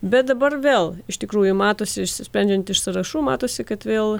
bet dabar vėl iš tikrųjų matosi iš sprendžiant iš sąrašų matosi kad vėl